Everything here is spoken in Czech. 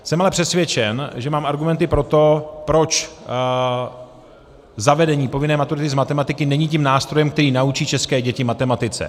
Jsem ale přesvědčen, že mám argumenty pro to, proč zavedení povinné maturity z matematiky není tím nástrojem, který naučí české děti matematice.